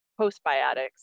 postbiotics